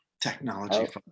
Technology